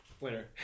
Winner